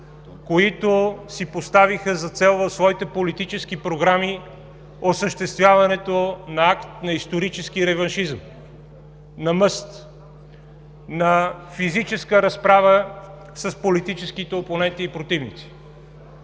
които си поставиха за цел в своите политически програми осъществяването на акт на исторически реваншизъм, на мъст, на физическа разправа с политическите опоненти и противници.